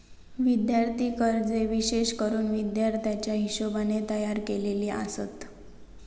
विद्यार्थी कर्जे विशेष करून विद्यार्थ्याच्या हिशोबाने तयार केलेली आसत